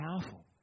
powerful